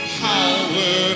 power